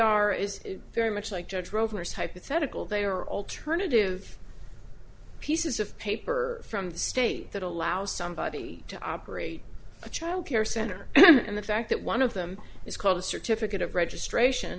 are is very much like judge rover's hypothetical they are alternative pieces of paper from the state that allow somebody to operate a childcare center and the fact that one of them is called a certificate of registration